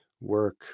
work